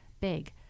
big